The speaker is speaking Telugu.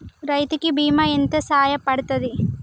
రైతు కి బీమా ఎంత సాయపడ్తది?